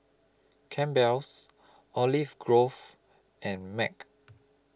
Campbell's Olive Grove and Mac